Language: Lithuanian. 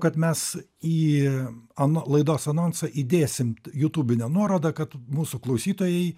kad mes į ano laidos anonsą įdėsim jutūbinę nuorodą kad mūsų klausytojai